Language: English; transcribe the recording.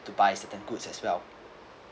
to buy certain goods as well